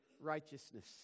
righteousness